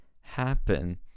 happen